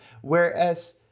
Whereas